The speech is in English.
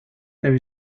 there